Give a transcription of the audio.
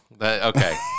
okay